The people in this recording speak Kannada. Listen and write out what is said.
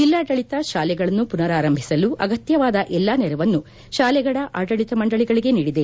ಜಿಲ್ಲಾಡಳಿತ ಶಾಲೆಗಳನ್ನು ಪುನರಾರಂಭಿಸಲು ಅಗತ್ಯವಾದ ಎಲ್ಲಾ ನೆರವನ್ನು ಶಾಲೆಗಳ ಆಡಳಿತ ಮಂಡಳಗಳಿಗೆ ನೀಡಿದೆ